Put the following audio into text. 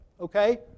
Okay